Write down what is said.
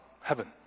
heaven